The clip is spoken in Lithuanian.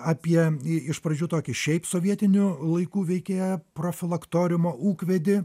apie iš pradžių tokį šiaip sovietinių laikų veikėją profilaktoriumo ūkvedį